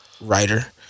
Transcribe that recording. writer